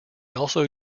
also